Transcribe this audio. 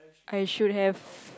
I should have